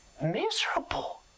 miserable